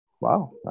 wow